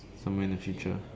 somewhere in the future